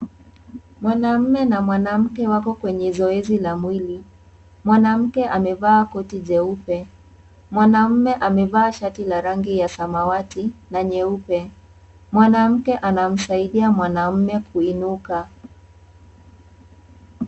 Mwanamme na mwanamke wapo kwenye zoezi la mwili, mwanamke amevaa koti jeupe, mwanamme amevaa shati la rangi ya samawati, na nyeupe, mwanamke anamsaidia mwanamme kuinuka.